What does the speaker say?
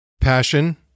passion